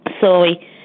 Sorry